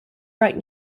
right